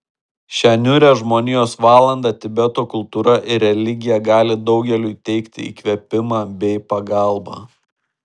šią niūrią žmonijos valandą tibeto kultūra ir religija gali daugeliui teikti įkvėpimą bei pagalbą